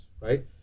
right